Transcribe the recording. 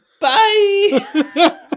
Bye